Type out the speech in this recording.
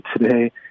today